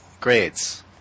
grades